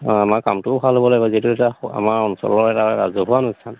অঁ আমাৰ কামটোও ভাল হ'ব লাগিব যিহেতু এটা আমাৰ অঞ্চলৰ এটা ৰাজহুৱা অনুষ্ঠান